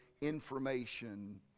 information